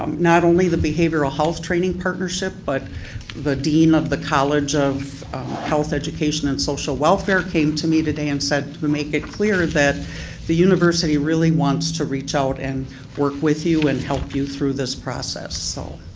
um not only the behavioral training partnership, but the dean of the college of health education and social welfare came to me today and said, make it clear that the university really wants to reach out and work with you and help you through this process. so,